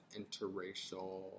interracial